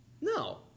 No